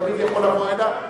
תמיד יכול לבוא הנה,